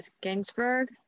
Ginsburg